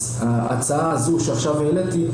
ההצעה הזו שעכשיו העליתי,